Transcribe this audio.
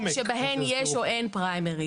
שבהן יש או אין פריימריז.